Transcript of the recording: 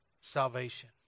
salvation